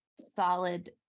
solid